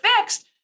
fixed